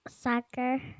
Soccer